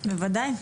בוודאי.